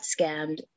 scammed